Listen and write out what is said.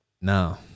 No